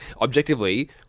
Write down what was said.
Objectively